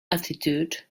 attitude